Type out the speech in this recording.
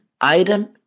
item